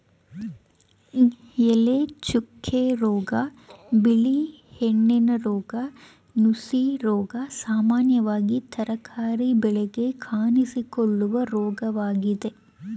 ಎಲೆಚುಕ್ಕೆ ರೋಗ, ಬಿಳಿ ಹೆಣ್ಣಿನ ರೋಗ, ನುಸಿರೋಗ ಸಾಮಾನ್ಯವಾಗಿ ತರಕಾರಿ ಬೆಳೆಗೆ ಕಾಣಿಸಿಕೊಳ್ಳುವ ರೋಗವಾಗಿದೆ